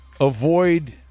avoid –